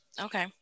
okay